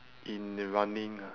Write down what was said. in the running ah